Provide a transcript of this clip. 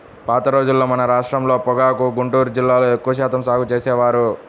పాత రోజుల్లో మన రాష్ట్రంలో పొగాకుని గుంటూరు జిల్లాలో ఎక్కువ శాతం సాగు చేసేవారు